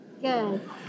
Good